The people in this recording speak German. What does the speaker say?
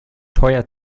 teuer